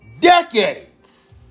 Decades